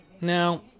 Now